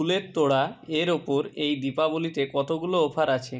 ফুলের তোড়া এর ওপর এই দীপাবলিতে কতগুলো অফার আছে